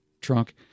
trunk